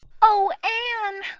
oh, anne,